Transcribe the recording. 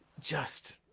just,